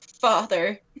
father